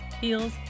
heels